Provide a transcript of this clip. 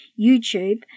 YouTube